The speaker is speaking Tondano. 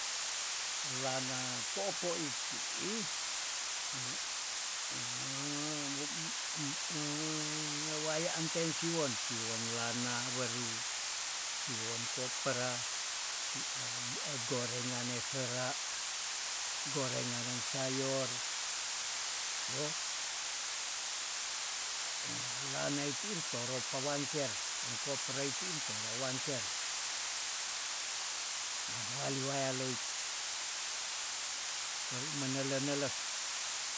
Lana po'po iti ih waya anten siwon, siwon lana weru, siwon kopra, gorengane sera, gorenganen sayor woh lanai tin toro pawangker engko prei tin toro wangker mamuali waya loit ori menele- neles.